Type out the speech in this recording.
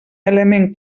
element